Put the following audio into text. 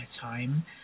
time